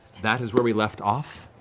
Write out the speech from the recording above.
that is where we left off,